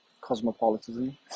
cosmopolitanism